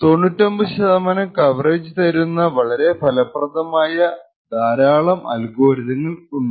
99 ശതമാനം കോവേജ് തരുന്ന വളരെ ഫലപ്രദമായ ധരാളം അൽഗോരിതങ്ങൾ ഉണ്ട്